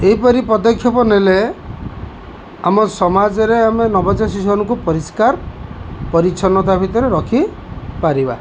ଏଇପରି ପଦକ୍ଷେପ ନେଲେ ଆମ ସମାଜରେ ଆମେ ନବଜାତ ଶିଶୁମାନଙ୍କୁ ପରିଷ୍କାର ପରିଚ୍ଛନ୍ନତା ଭିତରେ ରଖିପାରିବା